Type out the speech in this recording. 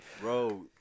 Bro